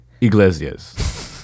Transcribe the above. Iglesias